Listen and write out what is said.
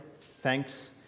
thanks